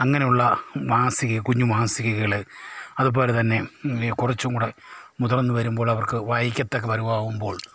അങ്ങനെയുള്ള മാസിക കുഞ്ഞ് മാസികകൾ അതുപോലെ തന്നെ കുറച്ചും കൂടെ മുതിർന്ന് വരുമ്പോൾ അവർക്ക് വായിക്കത്തക്ക പരുവം ആവുമ്പോൾ